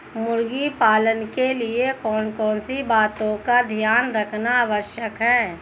मुर्गी पालन के लिए कौन कौन सी बातों का ध्यान रखना आवश्यक है?